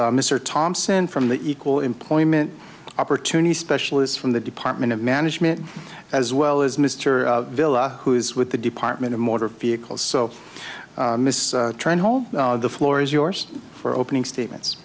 is mr thompson from the equal employment opportunity specialists from the department of management as well as mr villa who is with the department of motor vehicles so trying to hold the floor is yours for opening statements